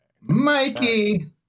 Mikey